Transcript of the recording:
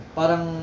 parang